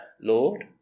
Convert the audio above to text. Lord